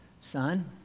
son